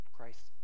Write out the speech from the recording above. Christ